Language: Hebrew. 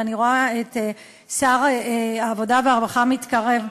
ואני רואה את שר הרווחה מתקרב,